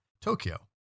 Tokyo